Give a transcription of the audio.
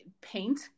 paint